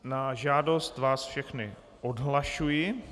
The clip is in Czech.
Na žádost vás všechny odhlašuji.